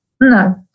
No